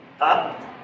Up